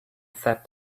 sat